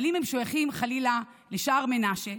אבל אם הם משויכים חלילה לשער מנשה,